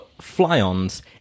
fly-ons